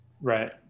Right